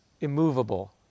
immovable